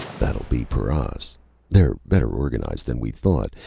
that'll be paras. they're better organized than we thought,